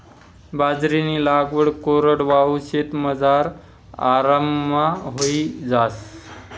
बाजरीनी लागवड कोरडवाहू शेतमझार आराममा व्हयी जास